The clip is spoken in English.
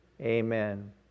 Amen